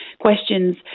questions